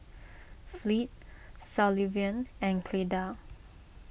Fleet Sullivan and Cleda